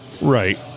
Right